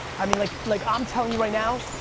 i mean, like like i'm telling you right now.